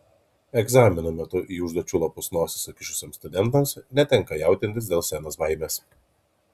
egzaminų metu į užduočių lapus nosis sukišusiems studentams netenka jaudintis dėl scenos baimės